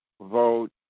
vote